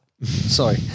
Sorry